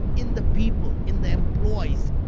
in the people, in the employees,